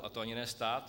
A to ani ne stát.